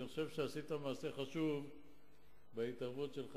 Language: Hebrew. אני חושב שעשית מעשה חשוב בהתערבות שלך